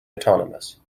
autonomous